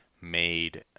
made